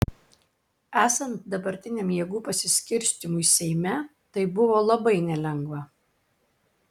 esant dabartiniam jėgų pasiskirstymui seime tai buvo labai nelengva